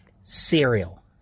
cereal